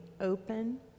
open